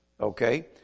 Okay